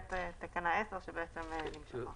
למעט תקנה 10, שנמשכה.